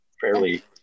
Fairly